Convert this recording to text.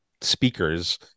speakers